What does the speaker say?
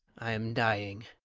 i am dying!